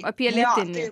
apie lėtinį